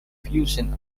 fusion